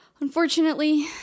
Unfortunately